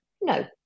no